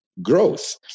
growth